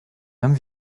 comme